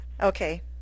Okay